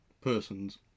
person's